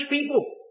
people